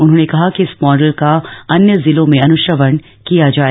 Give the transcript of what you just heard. उन्होंने कहा कि इस माडल का अन्य जिलों में अनुश्रवण किया जाए